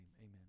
amen